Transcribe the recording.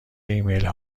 ایمیل